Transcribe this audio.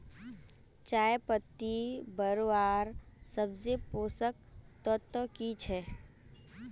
चयपत्ति बढ़वार सबसे पोषक तत्व की छे?